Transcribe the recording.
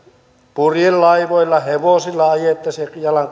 purjelaivoilla hevosilla ajaisimme ja jalan